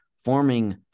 forming